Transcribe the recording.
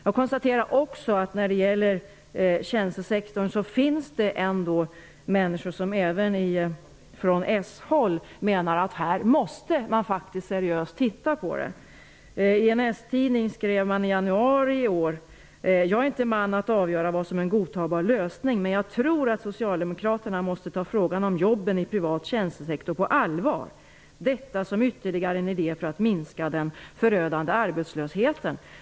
Jag konstaterar också att det finns människor på shåll som menar att man måste se seriöst på den privata tjänstesektorn. I en s-tidning skrev man i januari i år: Jag är inte man att avgöra vad som är en godtagbar lösning, men jag tror att socialdemokraterna måste ta frågan om jobben i privat tjänstesektor på allvar. Detta som ytterligare en idé för att minska den förödande arbetslösheten.